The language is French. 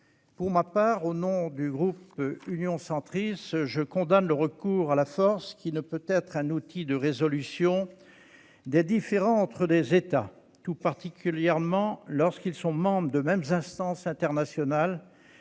frontaliers. Au nom du groupe Union Centriste, je condamne le recours à la force, qui ne peut être un outil de résolution des différends entre États. C'est tout particulièrement vrai lorsqu'ils appartiennent aux mêmes instances internationales,